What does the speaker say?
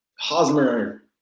Hosmer